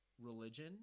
Religion